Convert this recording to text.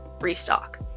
restock